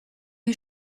you